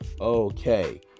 Okay